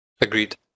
Agreed